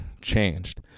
changed